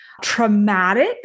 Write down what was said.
traumatic